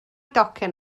docyn